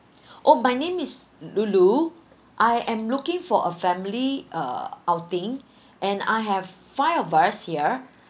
oh my name is loulou I am looking for a family uh outing and I have five of us here